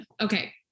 Okay